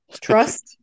trust